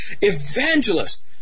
evangelist